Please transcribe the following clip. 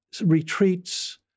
retreats